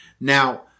Now